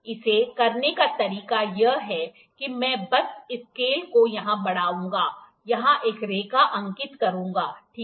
इसे करने का तरीका यह है कि मैं बस इस स्केल को यहाँ बढ़ाऊँगा यहाँ एक रेखा अंकित करूँगा ठीक है